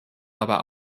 aber